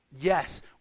Yes